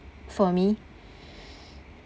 for me